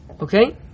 Okay